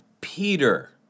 Peter